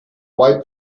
wiped